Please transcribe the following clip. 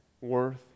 worth